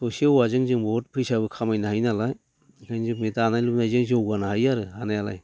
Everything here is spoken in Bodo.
थसे औवाजों जों बहुद फैसाबो खामायनो हायो नालाय बेखायनो जों बे दानाय लुनायजों जौगानो हायो आरो हानायालाय